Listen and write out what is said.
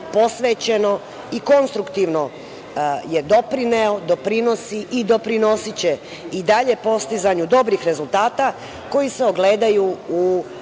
posvećeno i konstruktivno je doprineo, doprinosi i doprinosiće i dalje postizanju dobrih rezultata koji se ogledaju u